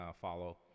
follow